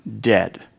dead